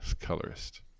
colorist